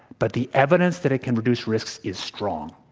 but the evidence that it can reduce risks is strong.